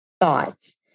thoughts